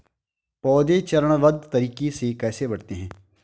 पौधे चरणबद्ध तरीके से कैसे बढ़ते हैं?